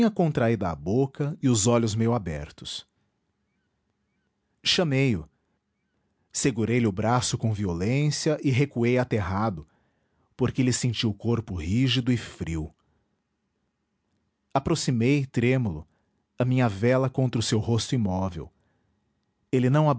contraída a boca e os olhos meio abertos chamei-o segurei lhe o braço com violência e recuei aterrado porque lhe senti o corpo rígido e frio aproximei trêmulo a minha vela contra o seu rosto imóvel ele não